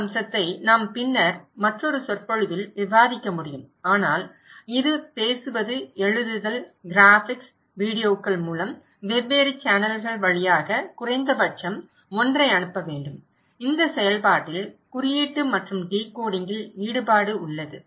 இந்த அம்சத்தை நாம் பின்னர் மற்றொரு சொற்பொழிவில் விவாதிக்க முடியும் ஆனால் இது பேசுவது எழுதுதல் கிராபிக்ஸ் வீடியோக்கள் மூலம் வெவ்வேறு சேனல்கள் வழியாக குறைந்தபட்சம் ஒன்றை அனுப்ப வேண்டும் இந்த செயல்பாட்டில் குறியீட்டு மற்றும் டிகோடிங்கில் ஈடுபாடு உள்ளது